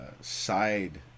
side